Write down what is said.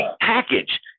package